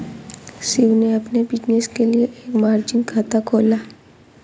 शिव ने अपने बिज़नेस के लिए एक मार्जिन खाता खोला